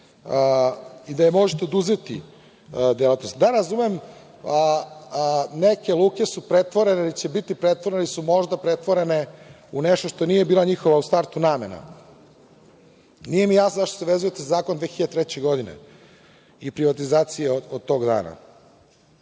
i da možete oduzeti delatnost. Da, razumem neke luke su pretvorene, ili će biti pretvorene, ili su možda pretvorene u nešto što nije bila njihova, u startu namena. Nije mi jasno zašto se vezujete za zakon 2003. godine i privatizacije od tog